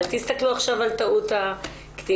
אל תסתכלו עכשיו על טעות הכתיב,